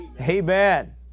Amen